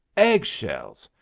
egg-shells!